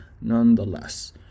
nonetheless